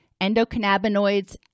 endocannabinoids